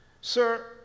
Sir